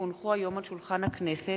כי הונחו היום על שולחן הכנסת,